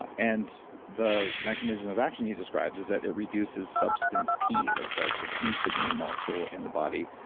and the mechanism of action he describes is that it reduces substance p, like the the pain signaling molecule in the body,